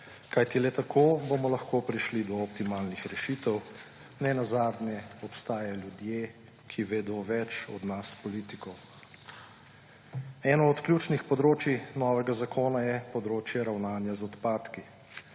kajti le tako bomo lahko prišli do optimalnih rešitev, nenazadnje obstajajo ljudje, ki vedo več od nas, politikov. Eno od ključih področij novega zakona je področje ravnanja z odpadki.